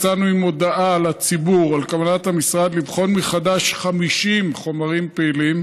יצאנו עם הודעה לציבור על כוונת המשרד לבחון מחדש 50 חומרים פעילים,